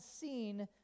seen